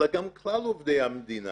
אלא גם כלל עובדי המדינה,